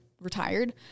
retired